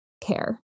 care